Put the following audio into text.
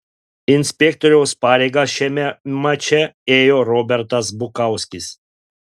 inspektoriaus pareigas šiame mače ėjo robertas bukauskis